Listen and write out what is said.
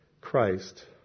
Christ